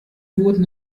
wurden